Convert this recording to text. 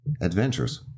adventures